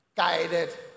Guided